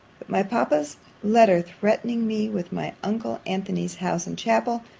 my papa's letter threatening me with my uncle antony's house and chapel,